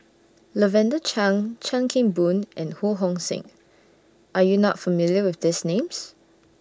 Lavender Chang Chan Kim Boon and Ho Hong Sing Are YOU not familiar with These Names